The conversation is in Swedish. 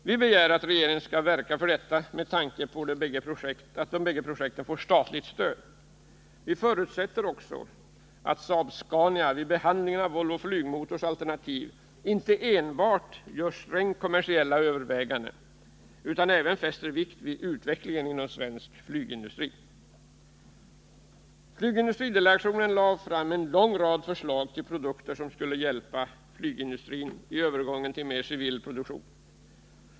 Vi begär att regeringen skall verka för detta med tanke på att bägge projekten får statligt stöd. Vi förutsätter även att Saab-Scania vid behandling av Volvo Flygmotors alternativ inte enbart gör strängt kommersiella överväganden utan även fäster vikt vid utvecklingen inom svensk flygindustri. Flygindustridelegationen lade fram en lång rad förslag till produkter som skulle hjälpa flygindustrin i övergången till mer civil produktion.